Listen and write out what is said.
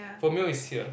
for male is here